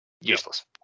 Useless